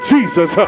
Jesus